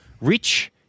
rich